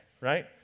right